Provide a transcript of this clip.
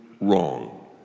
wrong